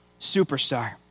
superstar